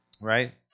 right